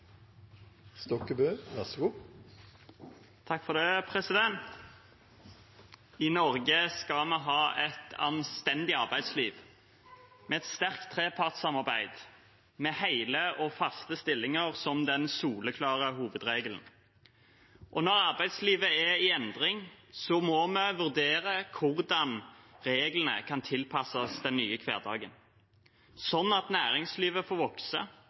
I Norge skal vi ha et anstendig arbeidsliv, med et sterkt trepartssamarbeid og hele og faste stillinger som den soleklare hovedregelen. Når arbeidslivet er i endring, må vi vurdere hvordan reglene kan tilpasses den nye hverdagen, sånn at næringslivet får vokse